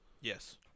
Yes